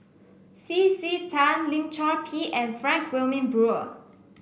C C Tan Lim Chor Pee and Frank Wilmin Brewer